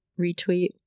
retweet